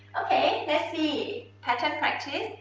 okay, let's see, pattern practice.